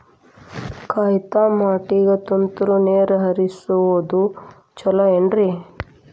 ಕಾಯಿತಮಾಟಿಗ ತುಂತುರ್ ನೇರ್ ಹರಿಸೋದು ಛಲೋ ಏನ್ರಿ?